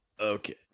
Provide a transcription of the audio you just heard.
Okay